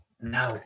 No